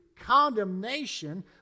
condemnation